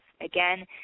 Again